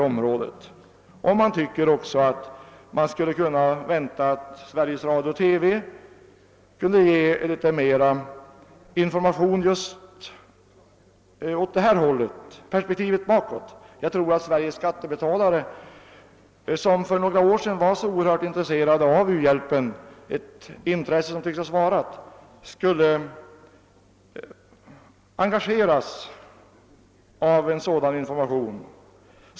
Jag tycker också att man borde kunna vänta sig att Sveriges Radio och TV skulle ge något mera information i detta avseende också om perspektivet bakåt. Jag tror att de svenska skattebetalarna, som för några år sedan visade så oerhört stort intresse för u-hjälpen — ett intresse som tycks ha svalnat — skulle bli engagerade av en sådan information.